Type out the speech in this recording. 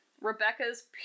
Rebecca's